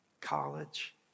college